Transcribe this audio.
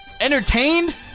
entertained